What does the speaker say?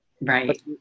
Right